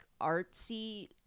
artsy